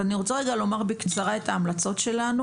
אני רוצה לומר בקצרה את ההמלצות שלנו,